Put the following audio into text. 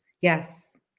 yes